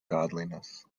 godliness